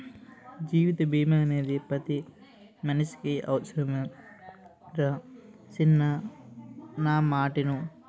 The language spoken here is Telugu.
జీవిత బీమా అనేది పతి మనిసికి అవుసరంరా సిన్నా నా మాటిను